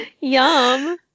Yum